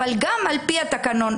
אבל גם על פי התקנון.